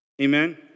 Amen